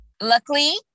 luckily